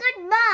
Goodbye